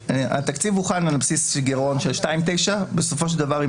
התקציב הוכן על בסיס גירעון של 2.9 ובסופו של דבר עם